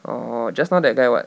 orh just now that guy what